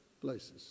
places